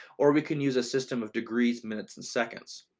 or we can use a system of degrees, minutes and seconds.